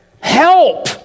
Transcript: help